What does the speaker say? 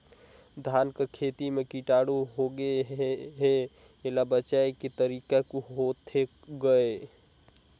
धान कर खेती म कीटाणु होगे हे एला बचाय के तरीका होथे गए?